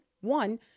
One